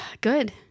Good